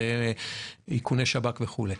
ראה איכוני שב"כ וכדומה.